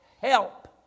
help